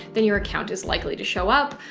then your account is likely to show up,